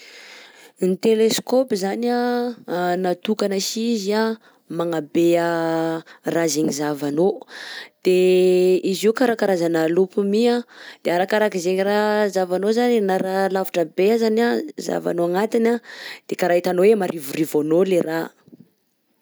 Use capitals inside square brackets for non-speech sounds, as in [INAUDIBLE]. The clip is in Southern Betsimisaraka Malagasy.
Ny télescope zany [HESITATION] natokana sy izy a magnabe raha zegny zahavanao, de izy io karakarazana loupe mi de arakaraky zegny raha zahavanao zany e na raha lavitra be azany an zahavanao agnatiny de kara hitanao hoe marivorivo anao le raha.